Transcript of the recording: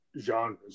genres